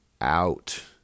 out